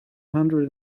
hundred